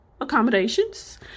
accommodations